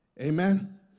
amen